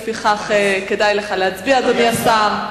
לפיכך, כדאי לך להצביע, אדוני השר.